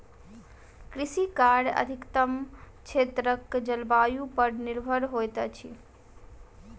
कृषि कार्य अधिकतम क्षेत्रक जलवायु पर निर्भर होइत अछि